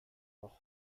rojo